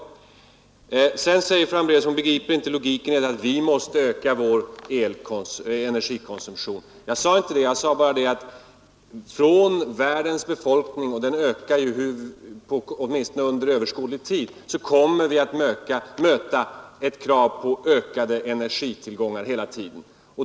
Fru Hambraeus säger att hon inte begriper logiken i påståendet att vi måste öka vår energikonsumtion. Jag sade inte så. Jag sade bara att från världens befolkning — och den ökar, åtminstone under överskådlig tid kommer vi att möta ett krav på ökade energitillgångar hela tiden.